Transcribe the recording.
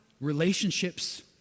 relationships